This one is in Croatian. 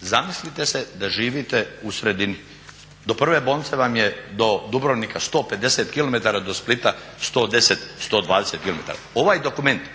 Zamislite se da živite u sredini, do prve bolnice vam je do Dubrovnika 150 km, do Splita 110, 120 km. Ovaj dokument